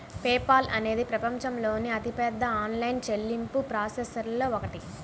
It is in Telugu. పే పాల్ అనేది ప్రపంచంలోని అతిపెద్ద ఆన్లైన్ చెల్లింపు ప్రాసెసర్లలో ఒకటి